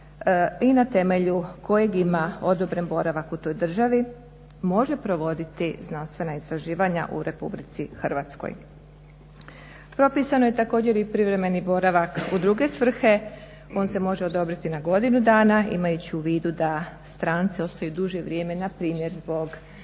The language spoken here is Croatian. i na temelju kojeg ima odobren boravak u toj državi može provoditi znanstvena istraživanja u RH. Propisano je također i privremeni boravak u druge svrhe. On se može odobriti na godinu dana imajući u vidu da stranci ostaju duže vrijeme na primjer zbog